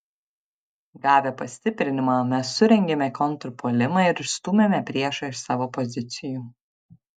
gavę pastiprinimą mes surengėme kontrpuolimą ir išstūmėme priešą iš savo pozicijų